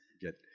get